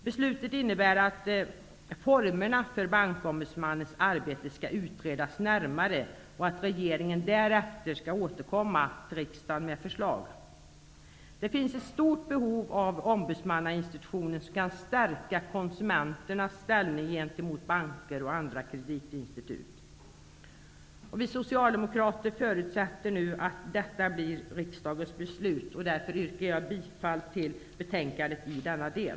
Beslutet innebär att formerna för bankombudsmannens arbete skall utredas närmare och att regeringen därefter skall återkomma till riksdagen med ett förslag. Det finns ett stort behov av en ombudsmannainstitution som kan stärka konsumenternas ställning gentemot banker och andra kreditinstitut. Vi förutsätter därför nu att detta blir riksdagens beslut i dag. Jag yrkar bifall till betänkandet i denna del.